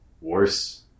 worse